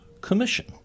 commission